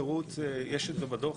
יש את זה בדוח.